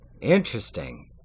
Interesting